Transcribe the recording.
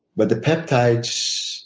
but the peptides,